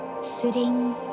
Sitting